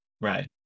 right